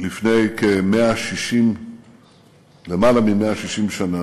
לפני למעלה מ-160 שנה,